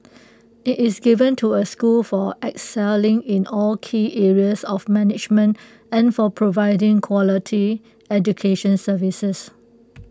IT is given to A school for excelling in all key areas of management and for providing quality education services